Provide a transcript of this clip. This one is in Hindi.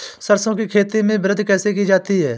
सरसो की खेती में वृद्धि कैसे की जाती है?